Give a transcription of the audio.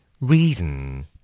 Reason